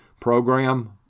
program